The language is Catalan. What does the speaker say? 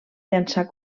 llançar